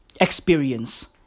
experience